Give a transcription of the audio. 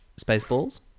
Spaceballs